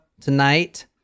tonight